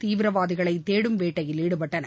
தீவிரவாதிகளை தேடும் வேட்டையில் ஈடுபட்டனர்